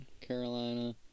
Carolina